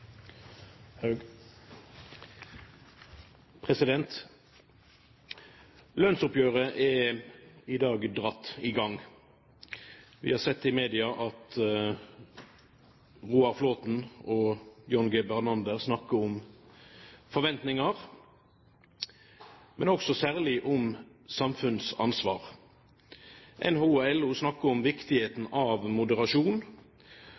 i dag dratt i gang. Vi har sett i media at Roar Flåthen og John G. Bernander snakker om forventninger, men også særlig om samfunnsansvar. NHO og LO snakker om